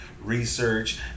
research